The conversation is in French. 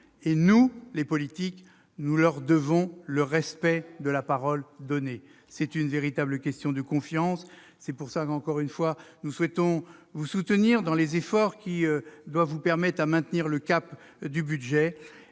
! Nous, les politiques, nous leur devons le respect de la parole donnée ! C'est une véritable question de confiance ! C'est pourquoi, encore une fois, nous souhaitons vous soutenir dans vos efforts pour maintenir le cap de ce budget,